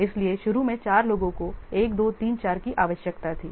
इसलिए शुरू में चार लोगों को 1 2 3 4 की आवश्यकता थी